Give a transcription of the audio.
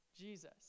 Jesus